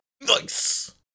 Nice